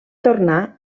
tornà